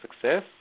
success